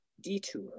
detour